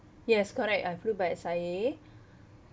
yes correct I flew by S_I_A